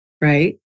right